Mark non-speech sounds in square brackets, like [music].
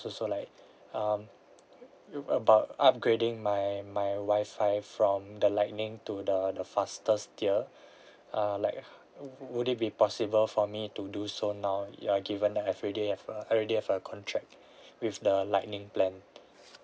also like um a~ about upgrading my my wifi from the lightning to the the fastest tier [breath] err liked h~ would it be possible for me to do so now ya given that I've already have a already have a contract [breath] with the lightning plan